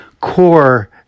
core